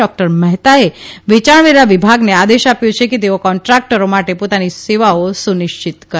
doctor મહેતાએ વેચાણવેરા વિભાગને આદેશ આપ્યો છે કે તેઓ કોન્ટ્રાકટરો માટે પોતાની સેવાઓ સુનિશ્ચિત કરે